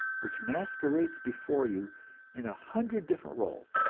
which masquerades before you in a hundred different roles,